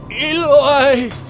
Eloi